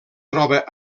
troba